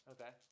Okay